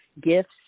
gifts